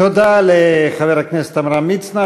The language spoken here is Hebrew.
תודה לחבר הכנסת עמרם מצנע.